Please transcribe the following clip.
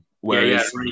whereas